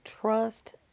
trust